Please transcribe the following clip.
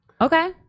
Okay